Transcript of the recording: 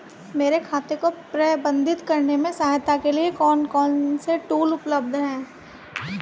मेरे खाते को प्रबंधित करने में सहायता के लिए कौन से टूल उपलब्ध हैं?